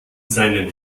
seinen